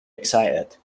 excited